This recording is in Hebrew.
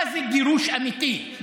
עכשיו אני אספר לך מה זה גירוש אמיתי,